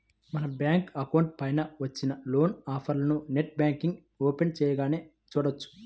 మన bank account పైన వచ్చిన లోన్ ఆఫర్లను నెట్ బ్యాంకింగ్ ఓపెన్ చేయగానే చూడవచ్చు